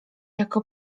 jako